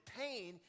pain